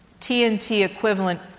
TNT-equivalent